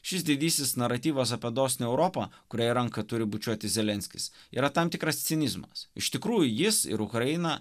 šis didysis naratyvas apie dosnią europą kuriai ranką turi bučiuoti zelenskis yra tam tikras cinizmas iš tikrųjų jis ir ukraina